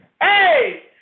Hey